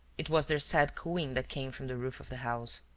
it was their sad cooing that came from the roof of the house.